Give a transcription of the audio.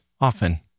often